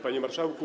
Panie Marszałku!